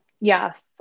Yes